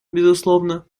безусловно